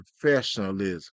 professionalism